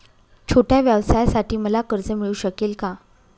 छोट्या व्यवसायासाठी मला कर्ज मिळू शकेल का?